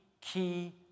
key